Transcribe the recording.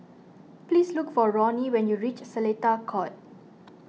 please look for Ronnie when you reach Seletar Court